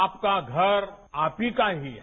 आपका घर आप ही का ही है